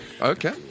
Okay